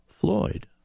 Floyd